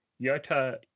Yota